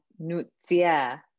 Nutzia